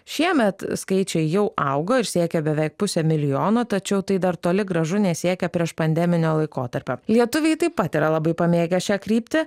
šiemet skaičiai jau augo ir siekia beveik pusę milijono tačiau tai dar toli gražu nesiekia priešpandeminio laikotarpio lietuviai taip pat yra labai pamėgę šią kryptį